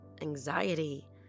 anxiety